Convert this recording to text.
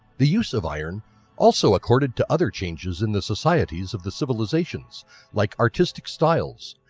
the use of iron also accorded to other changes in the societies of the civilizations like artistic styles,